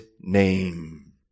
name